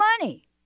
money